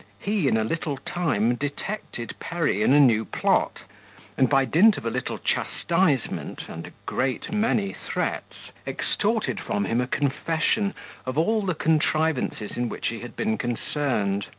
he in a little time, detected perry in a new plot and by dint of a little chastisement, and a great many threats, extorted from him a confession of all the contrivances in which he had been concerned.